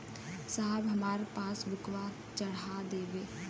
साहब हमार पासबुकवा चढ़ा देब?